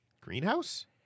greenhouse